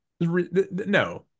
no